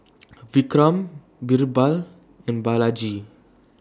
Vikram Birbal and Balaji